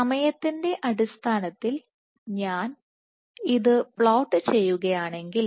സമയത്തിന്റെ അടിസ്ഥാനത്തിൽ ഞാൻ ഇത് പ്ലോട്ട്ചെയ്യുകയാണെങ്കിൽ